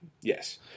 Yes